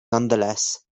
nonetheless